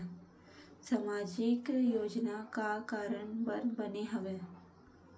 सामाजिक योजना का कारण बर बने हवे?